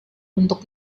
untuk